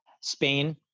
Spain